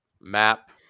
map